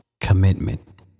Commitment